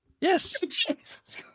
Yes